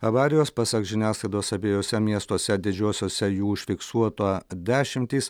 avarijos pasak žiniasklaidos abiejuose miestuose didžiuosiose jų užfiksuota dešimtys